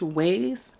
ways